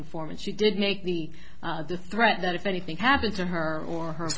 informant she did make me the threat that if anything happened to her or her